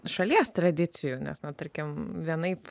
šalies tradicijų nes na tarkim vienaip